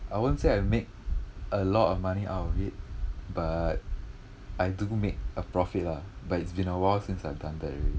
I won't say I make a lot of money out of it but I do make a profit lah but it's been awhile since I've done that already